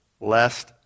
lest